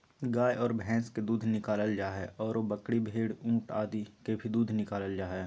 गाय आर भैंस के दूध निकालल जा हई, आरो बकरी, भेड़, ऊंट आदि के भी दूध निकालल जा हई